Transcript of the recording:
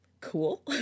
cool